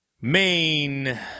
main